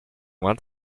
want